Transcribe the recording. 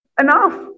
enough